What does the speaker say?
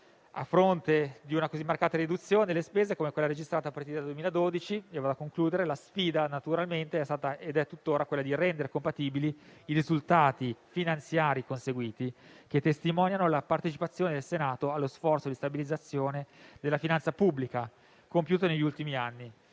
A fronte di una così marcata riduzione, le spese come quella registrata a partire dal 2012, la sfida è stata ed è tutt'ora quella di rendere compatibili i risultati finanziari conseguiti, che testimoniano la partecipazione del Senato allo sforzo di stabilizzazione della finanza pubblica compiuto negli ultimi anni,